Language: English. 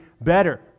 better